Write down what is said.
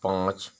पाँच